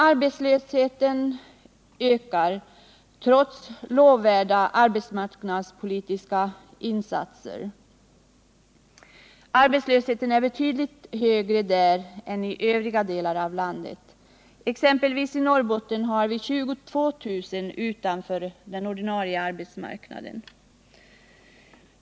Arbetslösheten ökar, trots lovvärda arbetsmarknadspoliltiska insatser, och den är betydligt högre i skogslänen än i övriga delar av landet. I exempelvis Norrbotten har vi 22 000 människor utanför den ordinarie arbetsmarknaden.